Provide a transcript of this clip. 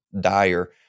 dire